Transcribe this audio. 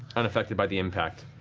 unaffected by the impact.